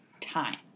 time